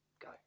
go